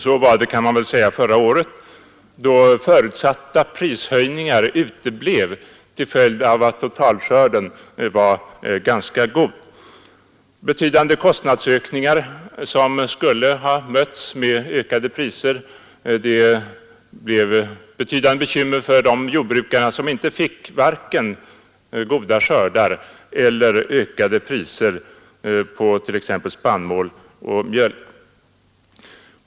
Så var det t.ex. förra året då förutsatta prishöjningar uteblev till följd av att totalskörden var ganska god. Betydande kostnadsökningar som skulle ha mötts av ökade priser medförde stora bekymmer för de jordbrukare som inte fick vare sig goda skördar eller ökade priser vare sig på spannmål eller mjölk.